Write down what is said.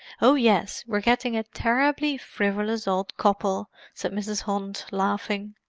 oh yes we're getting a terribly frivolous old couple, said mrs. hunt, laughing.